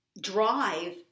drive